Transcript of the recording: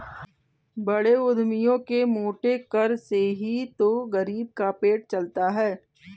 बड़े उद्यमियों के मोटे कर से ही तो गरीब का पेट पलता है